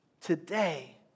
Today